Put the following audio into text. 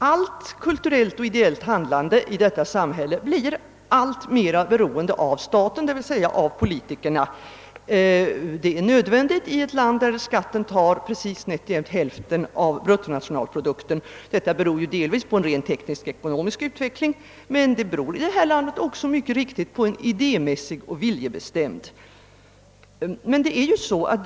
Allt kulturellt och ideellt handlande i detta samhälle blir alltmer beroende av staten, d.v.s. av politikerna. Det är nödvändigt i ett land där staten tar nästan hälften av bruttonationalprodukten. Detta beror delvis på en rent tekniskekonomisk utveckling men även på ett idémässigt och viljebestämt handlande.